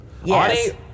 Arnie